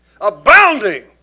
Abounding